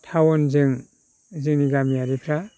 टाउनजों जोंनि गामियारिफ्रा